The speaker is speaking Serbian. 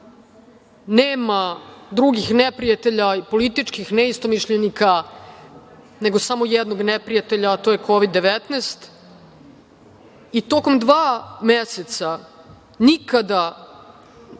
nema drugih neprijatelja i političkih neistomišljenika, nego samo jednog neprijatelja, a to je Kovid 19. Tokom dva meseca nikada,